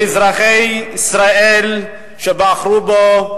מאזרחי ישראל שבחרו בו,